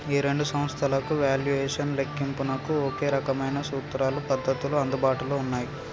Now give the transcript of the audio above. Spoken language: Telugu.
ఈ రెండు సంస్థలకు వాల్యుయేషన్ లెక్కింపునకు ఒకే రకమైన సూత్రాలు పద్ధతులు అందుబాటులో ఉన్నాయి